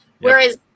whereas